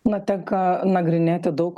na tenka nagrinėti daug